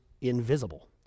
invisible